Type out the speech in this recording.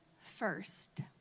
first